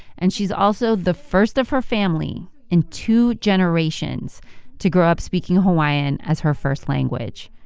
and she's also the first of her family in two generations to grow up speaking hawaiian as her first language.